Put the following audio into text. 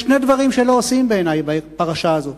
יש שני דברים שלא עושים, בעיני, בפרשה הזאת: